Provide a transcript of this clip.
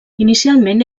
inicialment